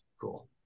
cool